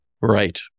right